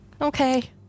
Okay